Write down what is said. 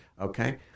Okay